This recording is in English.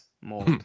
more